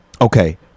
Okay